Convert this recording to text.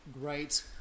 great